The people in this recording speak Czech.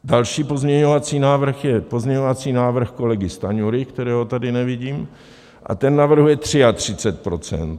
Další pozměňovací návrh je pozměňovací návrh kolegy Stanjury, kterého tady nevidím, a ten navrhuje 33 %.